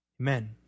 Amen